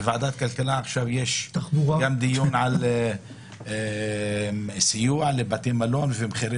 בוועדת הכלכלה עכשיו יש דיון על סיוע לבתי מלון וכו',